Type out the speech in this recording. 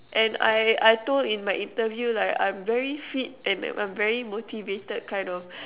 and I I told in my interview like I'm very fit and I'm very motivated kind of